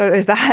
is that